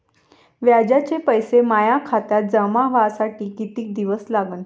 व्याजाचे पैसे माया खात्यात जमा व्हासाठी कितीक दिवस लागन?